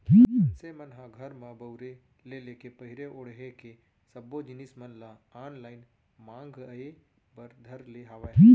मनसे मन ह घर म बउरे ले लेके पहिरे ओड़हे के सब्बो जिनिस मन ल ऑनलाइन मांगए बर धर ले हावय